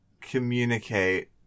communicate